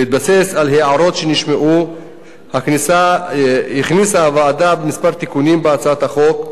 בהתבסס על הערות שנשמעו הכניסה הוועדה כמה תיקונים בהצעת החוק,